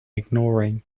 ignoring